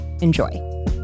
Enjoy